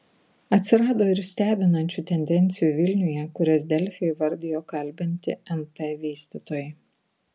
atsirado ir stebinančių tendencijų vilniuje kurias delfi įvardijo kalbinti nt vystytojai